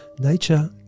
Nature